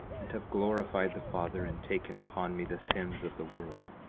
and have glorified the father in taking upon me the sins of the world,